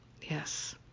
Yes